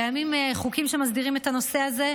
קיימים חוקים שמסדירים את הנושא הזה,